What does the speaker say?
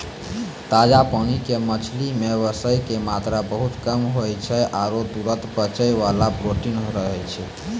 ताजा पानी के मछली मॅ वसा के मात्रा बहुत कम होय छै आरो तुरत पचै वाला प्रोटीन रहै छै